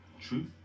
Truth